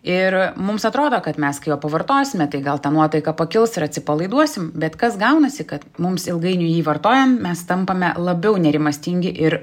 ir mums atrodo kad mes kai jo pavartosime tai gal ten nuotaika pakils ir atsipalaiduosim bet kas gaunasi kad mums ilgainiui jį vartojant mes tampame labiau nerimastingi ir